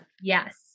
Yes